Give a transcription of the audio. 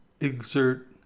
exert